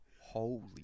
Holy